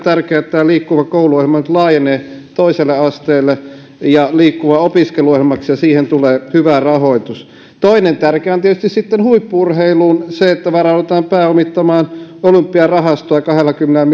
tärkeää että tämä liikkuva koulu ohjelma nyt laajenee toiselle asteelle ja liikkuva opiskelu ohjelmaksi ja siihen tulee hyvä rahoitus toinen tärkeä asia liittyy sitten tietysti huippu urheiluun se että varaudutaan pääomittamaan olympiarahastoa jopa kahdellakymmenellä